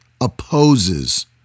opposes